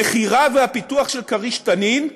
המכירה והפיתוח של "כריש-תנין"